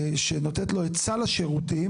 שנותנת לו את סל השירותים,